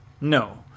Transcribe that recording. No